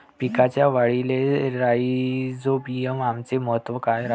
पिकाच्या वाढीले राईझोबीआमचे महत्व काय रायते?